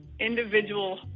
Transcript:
individual